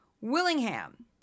Willingham